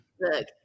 look